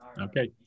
Okay